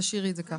נעה,